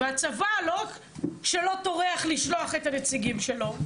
והצבא לא רק שלא טורח לשלוח את הנציגים שלו,